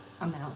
amount